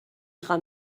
خوام